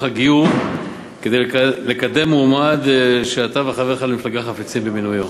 הגיור כדי לקדם מועמד שאתה וחבריך למפלגה חפצים במינויו.